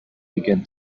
began